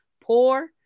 Poor